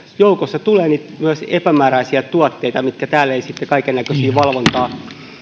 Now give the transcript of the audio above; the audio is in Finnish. joukossa tulee myös epämääräisiä tuotteita mitä täällä ei sitten kaikennäköisessä valvonnassa